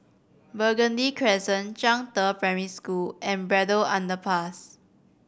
Burgundy Crescent Zhangde Primary School and Braddell Underpass